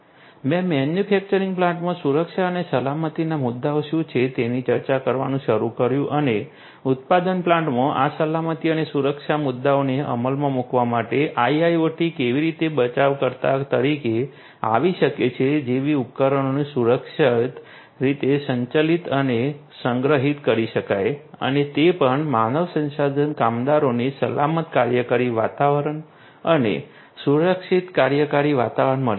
મેં મેન્યુફેક્ચરિંગ પ્લાન્ટમાં સુરક્ષા અને સલામતીના મુદ્દાઓ શું છે તેની ચર્ચા કરવાનું શરૂ કર્યું અને ઉત્પાદન પ્લાન્ટમાં આ સલામતી અને સુરક્ષા મુદ્દાઓને અમલમાં મૂકવા માટે IIoT કેવી રીતે બચાવકર્તા તરીકે આવી શકે છે જેથી ઉપકરણોને સુરક્ષિત રીતે સંચાલિત અને સંગ્રહિત કરી શકાય અને તે પણ માનવ સંસાધન કામદારોને સલામત કાર્યકારી વાતાવરણ અને સુરક્ષિત કાર્યકારી વાતાવરણ મળી શકે છે